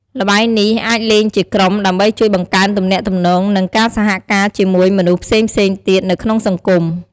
ល្បែងនេះ អាចលេងជាក្រុម ដើម្បីជួយបង្កើនទំនាក់ទំនង និងការសហការជាមួយមនុស្សផ្សេងៗទៀតនៅក្នុងសង្គម។